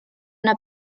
una